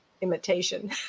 imitation